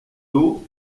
d’eau